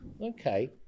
Okay